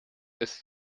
ist